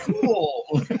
cool